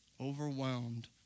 overwhelmed